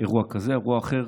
אירוע כזה או אירוע אחר.